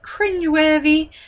cringeworthy